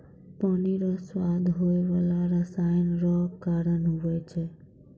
पानी रो स्वाद होय बाला रसायन रो कारण हुवै छै